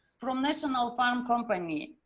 from national pharma company,